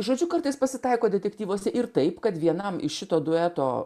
žodžiu kartais pasitaiko detektyvuose ir taip kad vienam iš šito dueto